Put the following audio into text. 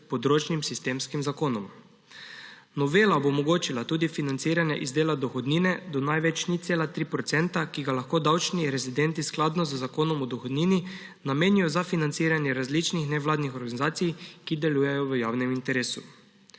področnim sistemskim zakonom. Novela bo omogočila tudi financiranje iz dela dohodnine do največ 0,3 %, ki ga lahko davčni rezidenti skladno z Zakonom o dohodnini namenijo za financiranje različnih nevladnih organizacij, ki delujejo v javnem interesu.